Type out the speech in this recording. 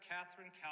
Catherine